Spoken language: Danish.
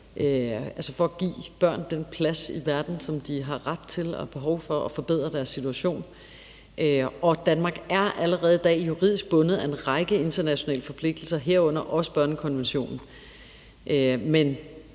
meget for at give børn den plads i verden, som de har ret til og behov for, og forbedre deres situation. Danmark er allerede i dag juridisk bundet af en række internationale forpligtelser, herunder også børnekonventionen.